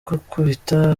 gukubita